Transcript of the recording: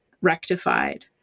rectified